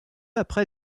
après